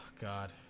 god